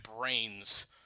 brains